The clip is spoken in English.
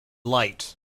light